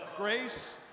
grace